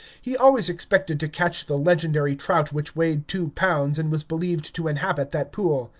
he always expected to catch the legendary trout which weighed two pounds and was believed to inhabit that pool.